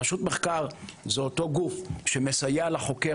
רשות מחקר זה אותו גוף שמסייע לחוקר